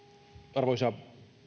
arvoisa